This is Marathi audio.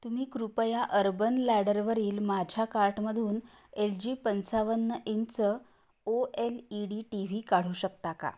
तुम्ही कृपया अर्बन लॅडरवरील माझ्या कार्टमधून एल जी पंचावन्न inch O L E D TV काढू शकता का